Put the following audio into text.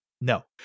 No